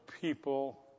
people